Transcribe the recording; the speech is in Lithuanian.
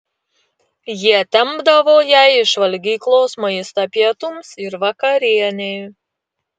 jie tempdavo jai iš valgyklos maistą pietums ir vakarienei